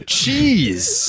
cheese